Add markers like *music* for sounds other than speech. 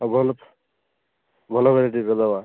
ହଁ ଭଲ ତ ଭଲ *unintelligible* ଟିକିଏ ଲଗା